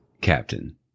captain